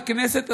לכנסת הזו,